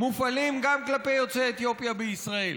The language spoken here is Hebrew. מופעלים גם כלפי יוצאי אתיופיה בישראל.